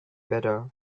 better